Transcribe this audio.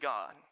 God